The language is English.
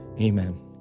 Amen